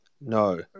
No